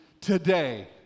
today